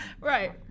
Right